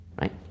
right